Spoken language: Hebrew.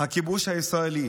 הכיבוש הישראלי